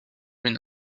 been